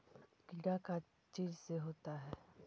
कीड़ा का चीज से होता है?